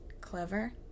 clever